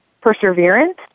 perseverance